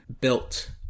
built